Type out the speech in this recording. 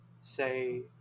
Say